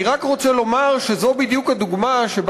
אני רק רוצה לומר שזו בדיוק הדוגמה שבה